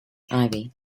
ivy